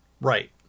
Right